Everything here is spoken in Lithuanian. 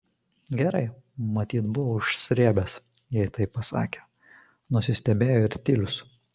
gerai matyt buvo užsrėbęs jei taip pasakė nusistebėjo ir tilius